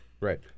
Right